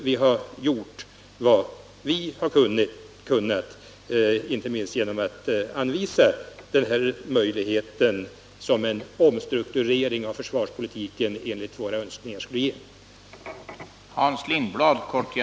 Vi har gjort vad vi har kunnat, inte minst genom att anvisa den möjlighet som en omstrukturering av försvarspolitiken enligt våra önskningar skulle ge.